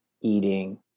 eating